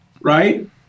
right